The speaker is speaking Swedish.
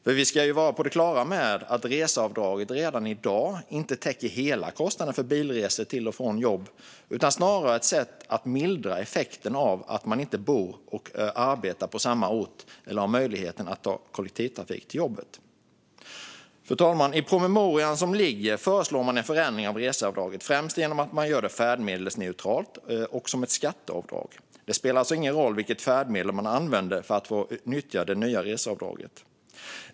Men vi ska vara på det klara med att reseavdraget redan i dag inte täcker hela kostnaden för bilresor till och från jobb utan snarare är ett sätt att mildra effekten av att man inte bor och arbetar på samma ort eller har möjlighet att ta kollektivtrafik till jobbet. Fru talman! I den föreliggande promemorian föreslås en förändring av reseavdraget främst genom att man gör det färdmedelsneutralt och som ett skatteavdrag. Det spelar alltså ingen roll vilket färdmedel man använder för att få nyttja det nya reseavdraget.